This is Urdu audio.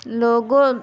لوگوں